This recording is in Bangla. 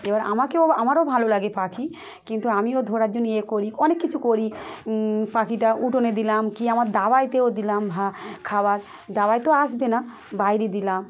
এবার আমাকেও আমারও ভালো লাগে পাখি কিন্তু আমিও ধরার জন্য ইয়ে করি অনেক কিছু করি পাখিটা উঠোনে দিলাম কি আমার দাওয়াতেও দিলাম ভা খাবার দাওয়ায় তো আসবে না বাইরে দিলাম